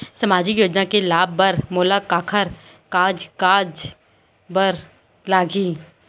सामाजिक योजना के लाभ बर मोला काखर कागजात बर लागही?